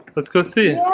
let's go see